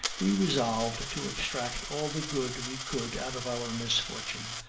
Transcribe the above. we resolved to extract all the good we could out of our misfortune,